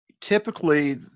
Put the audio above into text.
typically